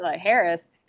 Harris